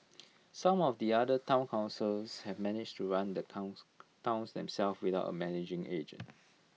some of the other Town councils have managed to run the towns themselves without A managing agent